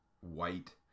white